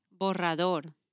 Borrador